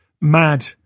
mad